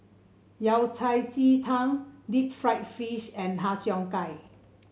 Yao Cai Ji Tang Deep Fried Fish and Har Cheong Gai